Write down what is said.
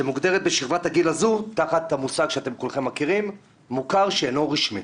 שמוגדרת בשכבת הגיל הזו תחת המושג שאתם כולכם מכירים "מוכר שאינו רשמי".